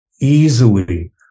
easily